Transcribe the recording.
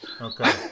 Okay